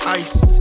ice